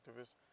activists